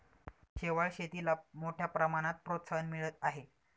शेवाळ शेतीला मोठ्या प्रमाणात प्रोत्साहन मिळत आहे